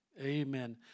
Amen